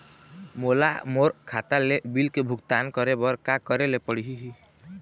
मोला मोर खाता ले बिल के भुगतान करे बर का करेले पड़ही ही?